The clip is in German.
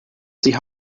sie